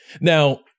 now